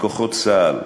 מכוחות צה"ל,